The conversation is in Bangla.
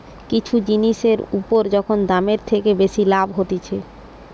কিছু জিনিসের উপর যখন দামের থেকে বেশি লাভ হতিছে